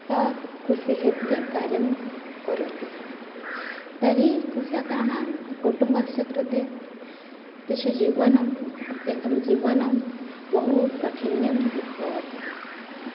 सः कृषिक्षेत्रे कार्यं करोति तर्हि कृषकाणां कुटुम्बस्य कृते तस्य जीवनं तेषां जीवनं बहुकठिनं भवति